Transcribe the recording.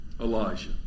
Elijah